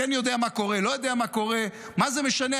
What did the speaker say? כן יודע מה קורה, לא יודע מה קורה, מה זה משנה?